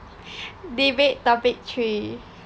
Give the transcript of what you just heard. debate topic three